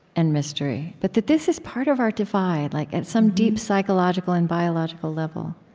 and mystery, but that this is part of our divide, like at some deep psychological and biological level